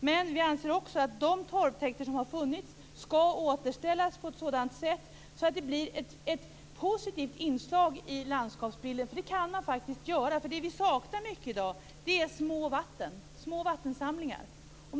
Men vi anser också att de torvtäkter som har funnits skall återställas på ett sådant sätt att de blir ett positivt inslag i landskapsbilden. Det kan man faktiskt göra. Det vi saknar mycket i dag är små vattensamlingar.